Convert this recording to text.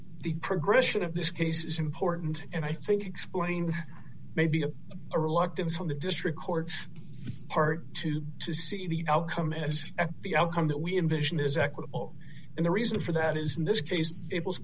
the progression of this case is important and i think explains maybe a reluctance on the district court's part too to see the outcome as the outcome that we envision is equitable and the reason for that is in this case it was